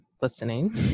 listening